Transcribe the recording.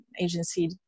agency